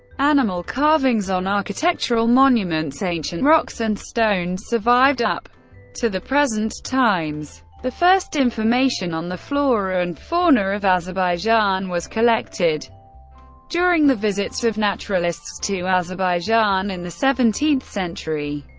animal carvings on architectural monuments, ancient rocks and stones survived up to the present times the first information on the flora and fauna of azerbaijan was collected during the visits of naturalists to azerbaijan in the seventeenth century.